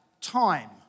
time